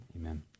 Amen